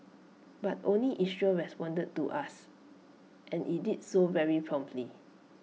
but only Israel responded to us and IT did so very promptly